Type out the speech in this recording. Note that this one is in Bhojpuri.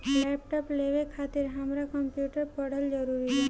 लैपटाप लेवे खातिर हमरा कम्प्युटर पढ़ल जरूरी बा?